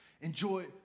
enjoy